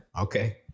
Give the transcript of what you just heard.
Okay